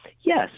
yes